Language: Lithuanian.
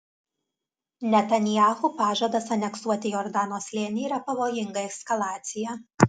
netanyahu pažadas aneksuoti jordano slėnį yra pavojinga eskalacija